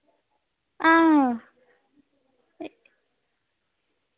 हां